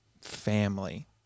family